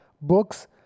Books